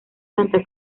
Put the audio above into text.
santa